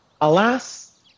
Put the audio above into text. Alas